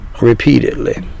repeatedly